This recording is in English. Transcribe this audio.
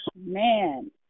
man